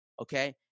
Okay